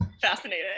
fascinating